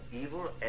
evil